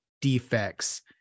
defects